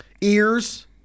ears